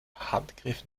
handgriff